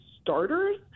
starters